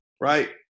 right